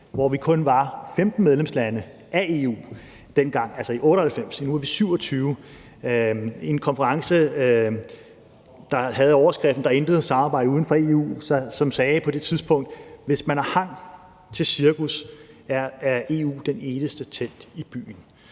hvor vi kun var 15 medlemslande af EU, i en konference, der havde overskriften »Der er intet samarbejde uden for EU«, sagde, på det tidspunkt: Hvis man har hang til cirkus, er EU det eneste telt i byen.